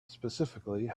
specifically